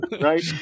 Right